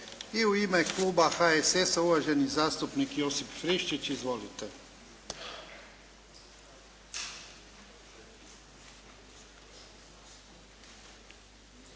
I u ime Kluba HSS-a uvaženi zastupnik Josip Friščić. Izvolite.